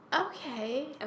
Okay